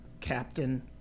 Captain